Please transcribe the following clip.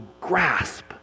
grasp